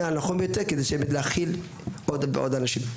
הנכון ביותר כדי באמת להכיל עוד אנשים.